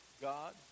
God